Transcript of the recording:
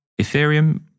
Ethereum